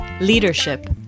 leadership